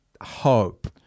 hope